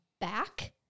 back